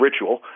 ritual